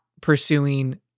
pursuing